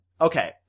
Okay